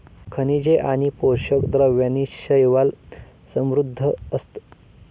खनिजे आणि पोषक द्रव्यांनी शैवाल समृद्ध असतं